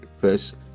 First